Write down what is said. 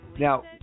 Now